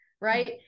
right